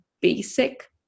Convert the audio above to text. basic